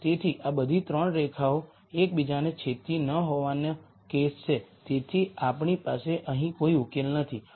તેથી આ બધી 3 રેખાઓ એકબીજાને છેદેતી ન હોવાનો કેસ છે તેથી આપણી પાસે અહીં કોઈ ઉકેલ નથી